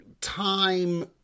time